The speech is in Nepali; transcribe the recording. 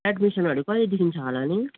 एडमिसनहरू कहिलेदेखि छ होला नि